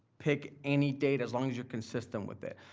pick any date as long as you're consistent with it.